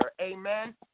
Amen